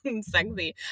sexy